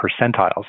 percentiles